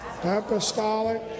Apostolic